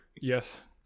Yes